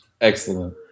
Excellent